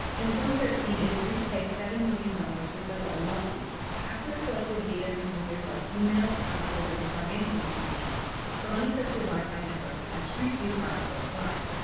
and thirteen, it agreed to pay seven million dollars to settle a lawsuit after it collected data from users like email, passwords and financial information from unencrypted wi-fi networks as street view, cars drove by.